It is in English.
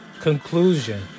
Conclusion